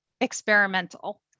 experimental